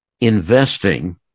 investing